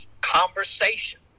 conversation